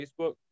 Facebook